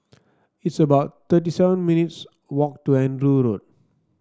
it's about thirty seven minutes' walk to Andrew Road